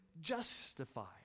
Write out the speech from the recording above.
justified